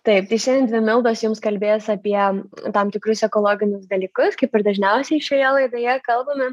taip tai šiandien dvi mildos jums kalbės apie tam tikrus ekologinius dalykus kaip ir dažniausiai šioje laidoje kalbame